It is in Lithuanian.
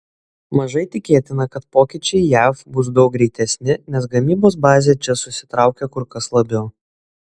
mažai tikėtina kad pokyčiai jav bus daug greitesni nes gamybos bazė čia susitraukė kur kas labiau